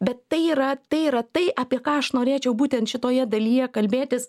bet tai yra tai yra tai apie ką aš norėčiau būtent šitoje dalyje kalbėtis